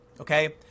Okay